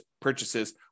purchases